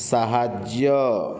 ସାହାଯ୍ୟ